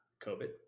COVID